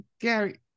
Gary